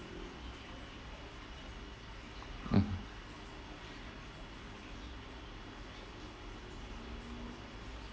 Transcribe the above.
mmhmm